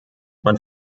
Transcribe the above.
man